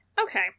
Okay